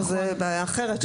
זאת בעיה אחרת.